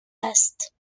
است